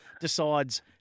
decides